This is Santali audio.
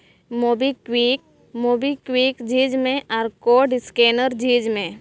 ᱢᱩᱵᱤᱠᱩᱭᱤᱠ ᱢᱩᱵᱤᱠᱩᱭᱤᱠ ᱡᱷᱤᱡᱽ ᱢᱮ ᱟᱨ ᱠᱳᱰ ᱥᱠᱮᱱᱟᱨ ᱡᱷᱤᱡᱽ ᱢᱮ